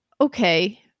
okay